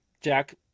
Jack